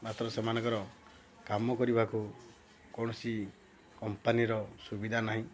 ମାତ୍ର ସେମାନଙ୍କର କାମ କରିବାକୁ କୌଣସି କମ୍ପାନୀର ସୁବିଧା ନାହିଁ